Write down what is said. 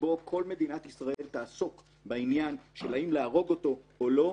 שבו כל מדינת ישראל תעסוק בעניין אם להרוג אותו או לא,